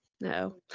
No